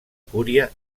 cúria